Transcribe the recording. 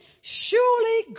surely